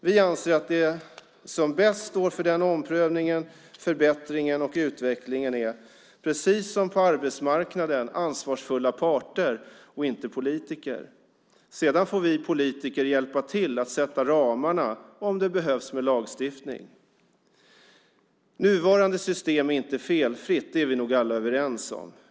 Vi anser att de som bäst står för den omprövningen, förbättringen och utvecklingen precis som på arbetsmarknaden är ansvarsfulla parter och inte politiker. Sedan får vi politiker hjälpa till att sätta ramarna, om det behövs med lagstiftning. Nuvarande system är inte felfritt; det är vi nog alla överens om.